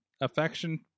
affection